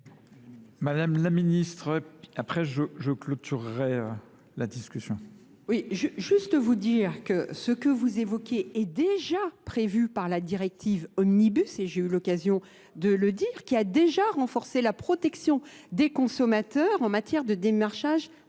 Madame la Ministre, après je clôturerai la discussion. Oui, juste vous dire que ce que vous évoquez est déjà prévu par la directive Omnibus, et j'ai eu l'occasion de le dire, qui a déjà renforcé la protection des consommateurs en matière de démarchage